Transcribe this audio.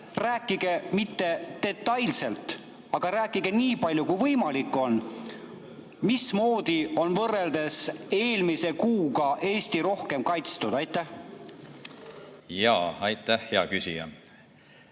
Rääkige, mitte detailselt, aga rääkige nii palju, kui võimalik on, mismoodi on võrreldes eelmise kuuga Eesti rohkem kaitstud. Aitäh, lugupeetud istungi